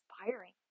inspiring